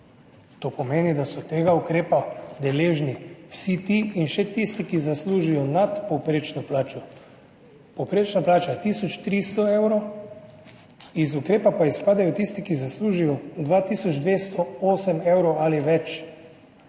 To pomeni, da so tega ukrepa deležni vsi ti in še tisti, ki zaslužijo nadpovprečno plačo. Povprečna plača je tisoč 300 evrov, iz ukrepa pa izpadejo tisti, ki zaslužijo 2 tisoč 208 evra ali več,